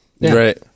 Right